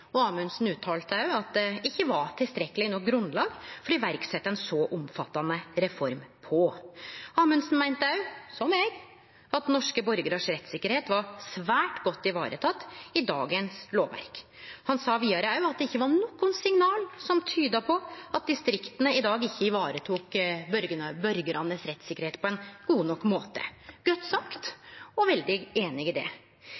Amundsen uttalte òg at det ikkje var tilstrekkeleg grunnlag for å setje i verk ein så omfattande reform. Amundsen meinte òg, som eg, at rettssikkerheita til norske borgarar var svært godt tekne vare på i dagens lovverk. Han sa vidare at det ikkje var nokon signal som tydde på at distrikta i dag ikkje tok vare på rettssikkerheita til borgarane på ein god nok måte. Godt sagt. Eg er veldig einig i det.